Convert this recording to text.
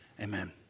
amen